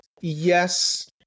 yes